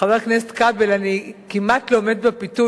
חבר הכנסת כבל, אני כמעט לא עומדת בפיתוי